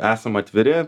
esam atviri